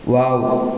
wow